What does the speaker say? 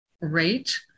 rate